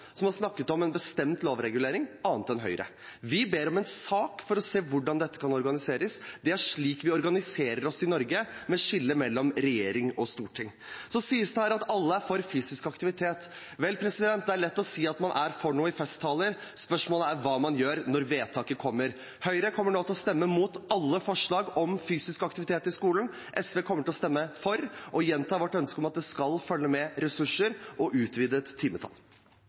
som har snakket om en bestemt lovregulering – annet enn Høyre. Vi ber om en sak for å se hvordan dette kan organiseres. Det er slik vi organiserer oss i Norge med skillet mellom regjering og storting. Så sies det her at alle er for fysisk aktivitet. Vel, det er lett å si at man er for noe i festtaler. Spørsmålet er hva man gjør når vedtaket kommer. Høyre kommer nå til å stemme imot alle forslag om fysisk aktivitet i skolen. SV kommer til å stemme for – og gjenta vårt ønske om at det skal følge med ressurser og utvidet timetall.